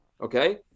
okay